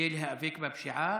כדי להיאבק בפשיעה,